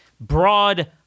broad